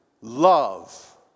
love